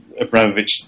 Abramovich